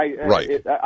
Right